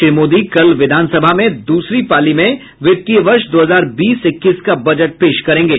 श्री मोदी कल विधानसभा में दूसरी पाली में वित्तीय वर्ष दो हजार बीस इक्कीस का बजट पेश करेंगे